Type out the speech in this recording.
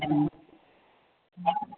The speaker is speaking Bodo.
उम